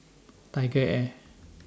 Tiger Air